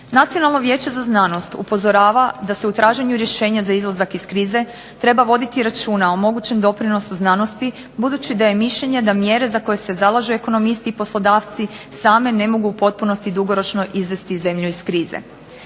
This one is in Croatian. Nacionalno vijeće za znanost upozorava da se u traženju rješenja za izlazak iz krize treba voditi računa o mogućem doprinosu znanosti budući da je mišljenje da mjere za koje se zalažu ekonomisti i poslodavci sam ne mogu u potpunosti dugoročno izvesti zemlju iz krize.